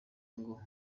ngo